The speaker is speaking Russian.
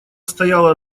стояла